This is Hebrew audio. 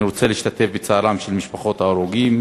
אני רוצה להשתתף בצערן של משפחות ההרוגים